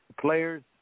Players